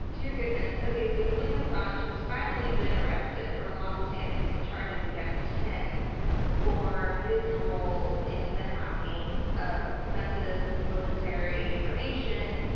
dear goodness. okay. so julian assange has finally been arrested for long standing charges against him for his role in the hacking of sensitive military information,